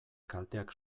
kalteak